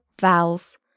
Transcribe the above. vowels